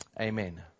Amen